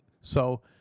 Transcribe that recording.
so